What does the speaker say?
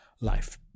life